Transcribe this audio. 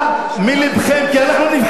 מלבכם, כי אנחנו נבחרים.